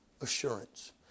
assurance